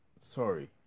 sorry